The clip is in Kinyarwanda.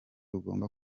ugomba